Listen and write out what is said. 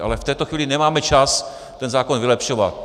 Ale v této chvíli nemáme čas ten zákon vylepšovat.